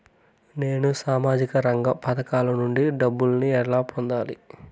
నేను సామాజిక రంగ పథకాల నుండి డబ్బుని ఎలా పొందాలి?